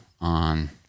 on